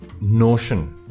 notion